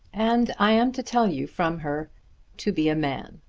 and i am to tell you from her to be a man.